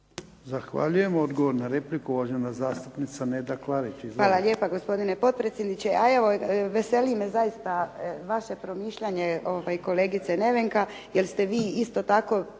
Zahvaljujem. Odgovor na repliku uvažena zastupnica Neda Klarić. Izvolite. **Klarić, Nedjeljka (HDZ)** Hvala lijepa gospodine potpredsjedniče, a evo veseli me zaista vaše promišljanje kolegice Nevenka jer ste vi isto tako